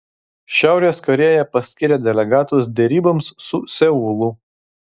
šiaurės korėja paskyrė delegatus deryboms su seulu